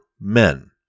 men